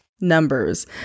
numbers